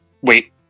wait